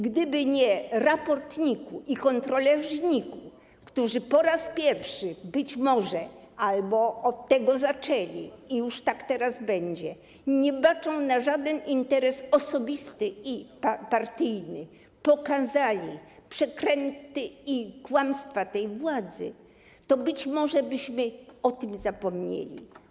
Gdyby nie raport NIK-u i kontrolerzy NIK-u, którzy po raz pierwszy być może - albo od tego zaczęli i teraz już tak będzie - nie bacząc na żaden interes osobisty i partyjny, pokazali przekręty i kłamstwa tej władzy, być może byśmy o tym zapomnieli.